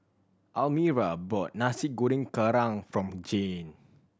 Almira bought Nasi Goreng Kerang from Jayne